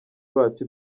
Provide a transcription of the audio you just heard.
bacu